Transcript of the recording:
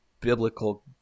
biblical